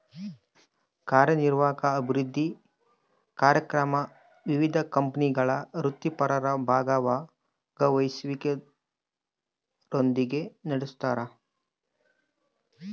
ಕಾರ್ಯನಿರ್ವಾಹಕ ಅಭಿವೃದ್ಧಿ ಕಾರ್ಯಕ್ರಮ ವಿವಿಧ ಕಂಪನಿಗಳ ವೃತ್ತಿಪರರ ಭಾಗವಹಿಸುವಿಕೆಯೊಂದಿಗೆ ನಡೆಸ್ತಾರ